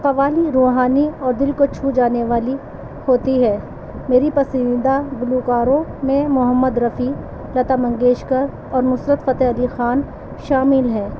قوالی روحانی اور دل کو چھو جانے والی ہوتی ہے میری پسندیدہ گلوکاروں میں محمد رفیع لتا منگیشکر اور نصرت فتح علی خان شامل ہیں